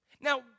Now